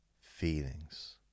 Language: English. feelings